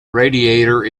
radiator